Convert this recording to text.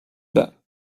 bas